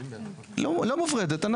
לא לא מופרטת.